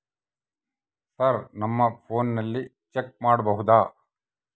Sir ನಮ್ಮ ಫೋನಿನಲ್ಲಿ check ಮಾಡಬಹುದಾ?